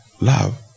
love